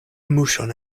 muŝon